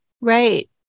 Right